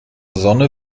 sonne